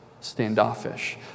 standoffish